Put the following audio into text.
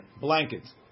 blankets